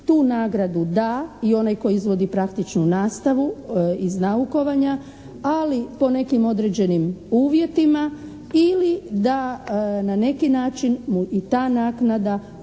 tu nagradu da i onaj koji izvodi praktičnu naknadu iz naukovanja ali pod nekim određenim uvjetima ili da na neki način mu i ta naknada uđe